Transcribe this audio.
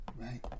right